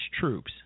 troops